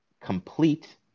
complete